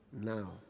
now